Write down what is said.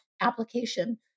application